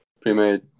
pre-made